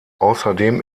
außerdem